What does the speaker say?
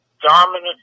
dominant